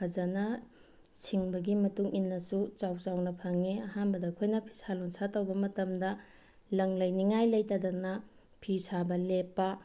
ꯐꯖꯅ ꯁꯤꯡꯕꯒꯤ ꯃꯇꯨꯡꯏꯟꯅꯁꯨ ꯆꯥꯎ ꯆꯥꯎꯅ ꯐꯪꯉꯤ ꯑꯍꯥꯟꯕꯗ ꯑꯩꯈꯣꯏꯅ ꯐꯤꯁꯥ ꯂꯣꯟꯁꯥ ꯇꯧꯕ ꯃꯇꯝꯗ ꯂꯪ ꯂꯩꯅꯤꯡꯉꯥꯏ ꯂꯩꯇꯗꯅ ꯐꯤ ꯁꯥꯕ ꯂꯦꯞꯄ